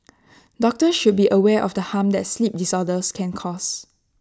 doctors should be aware of the harm that sleep disorders can cause